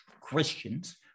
Christians